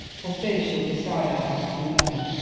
for fear she'll decide i have too many.